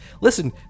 listen